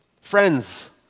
Friends